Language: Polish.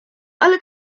ale